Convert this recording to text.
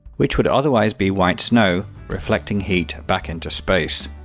which would otherwise be white snow, reflecting heat back into space.